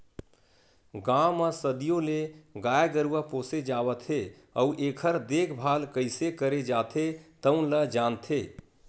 गाँव म सदियों ले गाय गरूवा पोसे जावत हे अउ एखर देखभाल कइसे करे जाथे तउन ल जानथे